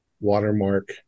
watermark